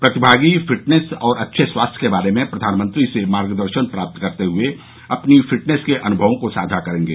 प्रतिभागी फिटनेस और अच्छे स्वास्थ्य के बारे में प्रधानमंत्री के मार्गदर्शन प्राप्त करते हुए अपनी फिटनेस के अनुभवों को साझा करेंगे